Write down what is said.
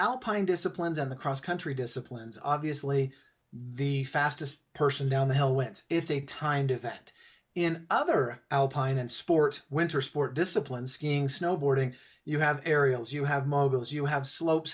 alpine disciplines on the cross country disciplines obviously the fastest person downhill went it's a timed event in other alpine and sport winter sport disciplines skiing snowboarding you have aerials you have moguls you have slope